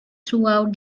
throughout